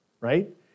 right